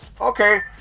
Okay